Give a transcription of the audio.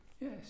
Yes